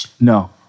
No